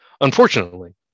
Unfortunately